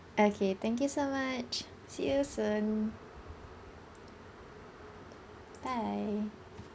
okay thank you so much see you soon bye